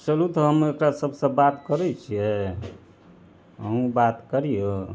चलू तऽ हम एकरा सबसँ बात करय छियै अहूँ बात करियौ